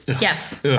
Yes